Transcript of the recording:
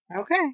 Okay